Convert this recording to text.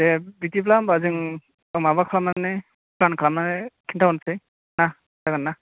दे बिदिब्ला होनबा जों उनाव माबा खालामनानै प्लेन खालामनानै खिन्थाहरनोसै ना जागोन ना